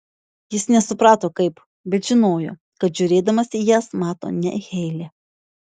jis nesuprato kaip bet žinojo kad žiūrėdamas į jas mato ne heilę